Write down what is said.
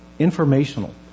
Informational